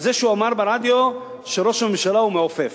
זה שהוא אמר ברדיו שראש הממשלה הוא מעופף,